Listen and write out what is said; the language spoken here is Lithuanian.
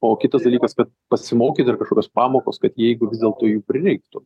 o kitas dalykas pasimokyt ir kažkokios pamokos kad jeigu vis dėlto jų prireiktų